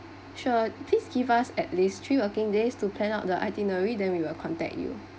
sure please give us at least three working days to plan out the itinerary then we will contact you